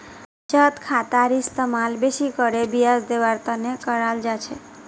बचत खातार इस्तेमाल बेसि करे ब्याज दीवार तने कराल जा छे